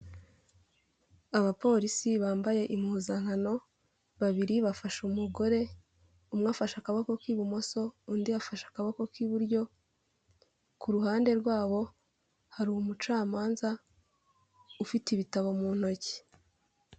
Abapolisi bambaye impuzankano babiri bafasha umugore umwe afashe akaboko k'ibumoso undi afashe akaboko k'iburyo ku ruhande rwabo hari umucamanza ufite ibitabo mu ntoki.